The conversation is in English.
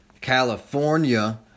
California